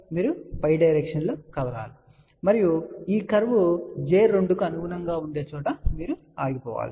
మీరు పై డైరెక్షన్ లో కదులుతారు మరియు ఈ కర్వ్ j 2 కు అనుగుణంగా ఉండే చోట మీరు ఆగిపోతారు